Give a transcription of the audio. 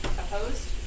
Opposed